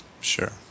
sure